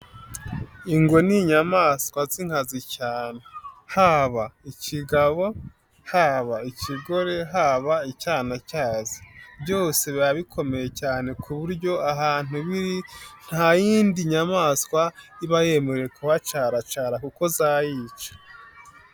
Ingwe ni inyamaswa z'inkazi cyane haba ikigabo, haba ikigore, haba icyana cyazo, byose biba bikomeye cyane ku buryo ahantu biri nta yindi nyamaswa iba yemerewe kuhacaracara kuko zayica.